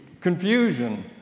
confusion